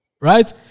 Right